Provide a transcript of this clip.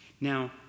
Now